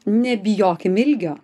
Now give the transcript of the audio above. nebijokim ilgio